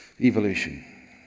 evolution